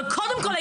אבל קודם כל,